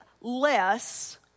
less